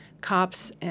cops